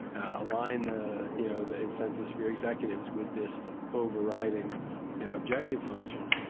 align the you know the incentives for your executives with this overriding objective function.